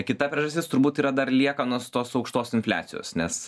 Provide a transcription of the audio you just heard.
kita priežastis turbūt yra dar lieka nuos tos aukštos infliacijos nes